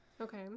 okay